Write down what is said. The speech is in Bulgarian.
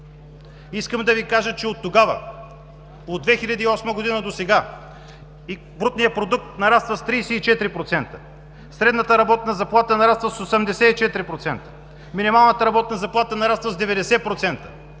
Искам да Ви кажа, че от тогава, от 2008 г., до сега и брутният вътрешен продукт нараства с 34%, средната работна заплата нараства с 84%, минималната работна заплата нараства с 90%,